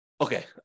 Okay